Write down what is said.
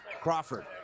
Crawford